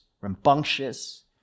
rambunctious